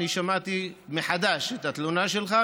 אני שמעתי מחדש את התלונה שלך,